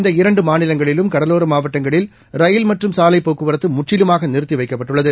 இந்த இரண்டு மாநிலங்களிலும் கடலோர மாவட்டங்களில் ரயில் மற்றும் சாலை போக்குவரத்து முற்றிலுமாக நிறுத்தி வைக்கப்பட்டுள்ளது